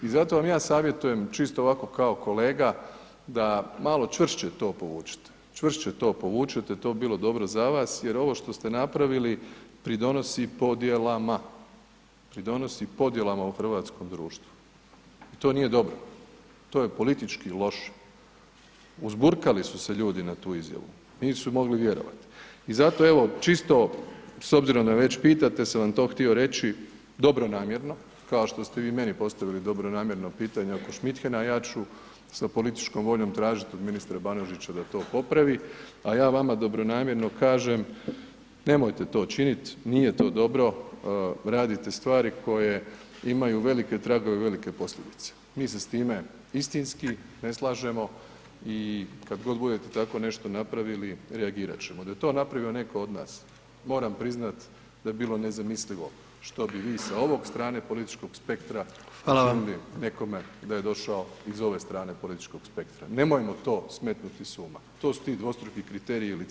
I zato vam ja savjetujem čisto ovako kao kolega da malo čvršće to povučete, čvršće to povučete, to bi bilo dobro za vas jer ovo što ste napravili pridonosi podjelama, pridonosi podjelama u hrvatskom društvu i to nije dobro, to je politički loše, uzburkali su se ljudi na tu izjavu, nisu mogli vjerovati i zato evo čisto, s obzirom da već pitate, sam vam to htio reći dobronamjerno kao što ste vi meni postavili dobronamjerno pitanje oko Šmidhena, a ja ću sa političkom voljom tražit od ministra Banožića da to popravi, a ja vama dobronamjerno kažem nemojte to činit, nije to dobro, radite stvari koje imaju velike tragove, velike posljedice, mi se s time istinski ne slažemo i kad god budete tako nešto napravili reagirat ćemo, da je to napravio neko od nas, moram priznat da bi bilo nezamislivo što bi vi sa ovog strane političkog spektra [[Upadica: Hvala vam]] učinili nekome da je došao iz ove strane političkog spektra, nemojmo to smetnuti s uma, to su ti dvostruki kriteriji i licemjeri.